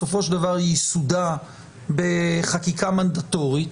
בסופו של דבר ייסודה בחקיקה מנדטורית,